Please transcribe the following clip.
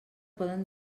poden